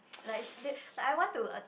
like sh~ they like I want to